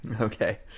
Okay